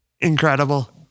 Incredible